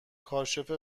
کاشف